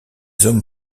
hommes